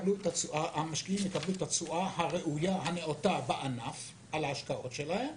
שהמשקיעים יקבלו את התשואה הראויה הנאותה בענף על ההשקעות שלהם,